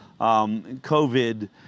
covid